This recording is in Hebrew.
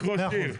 רק ראש עיר.